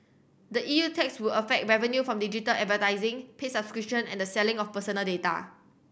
the E U tax would affect revenue from digital advertising paid subscription and the selling of personal data